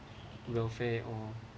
no fair or